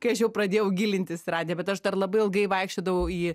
kai aš jau pradėjau gilintis į radiją bet aš dar labai ilgai vaikščiodavau į